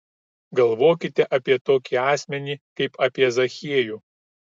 galvokite apie tokį asmenį kaip apie zachiejų